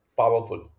powerful